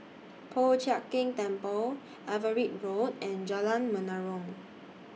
Po Chiak Keng Temple Everitt Road and Jalan Menarong